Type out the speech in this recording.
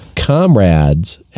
Comrades